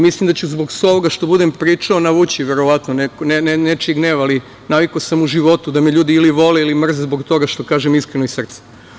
Mislim da ću zbog svega ovog što budem pričao navući nečiji gnev, ali navikao sam u životu da me ljudi ili vole ili mrze zbog toga što kažem iskreno i iz srca.